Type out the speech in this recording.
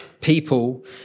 people